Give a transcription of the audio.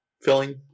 filling